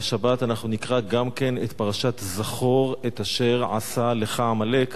והשבת אנחנו נקרא גם את פרשת "זכור את אשר עשה לך עמלק".